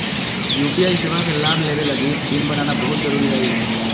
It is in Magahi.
यू.पी.आई सेवा के लाभ लेबे लगी पिन बनाना बहुत जरुरी हइ